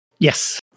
Yes